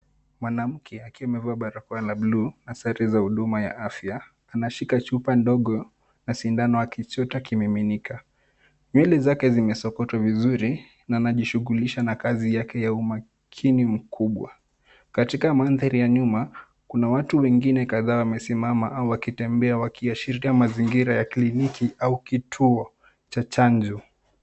Mwanamke akiwa amevaa barakao la bluu na sare za huduma ya afya. Anashika chupa ndogo na sindano akichota kimiminika. Nywele zake zimesokotwa vizuri na anajishukulisha na kazi yake ya umakini mkubwa. Katika mandhari ya nyuma kuna watu wengine kadhaa wamesimama au kutembea wakiashiria mazingira ya kliniki au kituo cha chanjo.